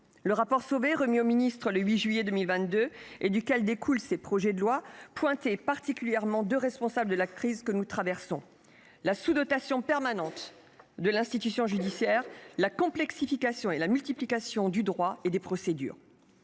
Le rapport Sauvé, remis au garde des sceaux le 8 juillet 2022 et duquel découlent ces projets de loi, pointait particulièrement deux responsables de la crise que nous traversons : la sous-dotation permanente de l'institution judiciaire, ainsi que la complexification et la multiplication du droit et des procédures.